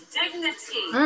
dignity